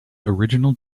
original